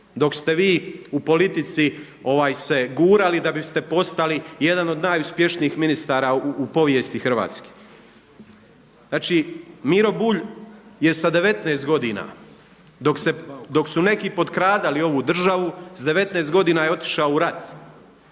dok ste vi u politici gurali da biste postali jedan od najuspješnijih ministara u povijesti Hrvatske. Znači Miro Bulj je sa 19 godina dok su neki potkradali ovu državu, s 19 godina je otišao u rat,